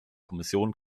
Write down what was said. kommission